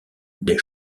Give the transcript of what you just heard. des